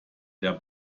der